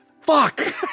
Fuck